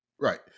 Right